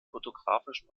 fotografischen